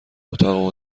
اتاق